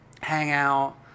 hangout